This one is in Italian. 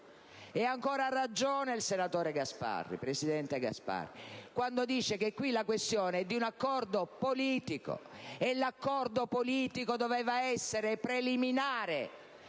Ha ancora ragione il presidente Gasparri quando dice che la questione è di un accordo politico, e l'accordo politico doveva essere preliminare